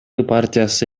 партиясы